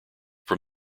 from